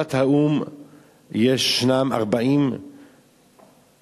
בהכרזת האו"ם ישנם 46 סעיפים,